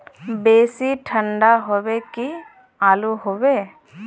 बेसी ठंडा होबे की आलू होबे